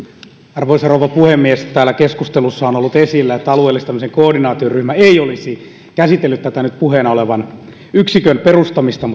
arvoisa rouva puhemies täällä keskustelussa on ollut esillä että alueellistamisen koordinaatioryhmä ei olisi käsitellyt tätä nyt puheena olevan yksikön perustamista